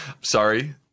sorry